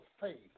faith